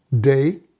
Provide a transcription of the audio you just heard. day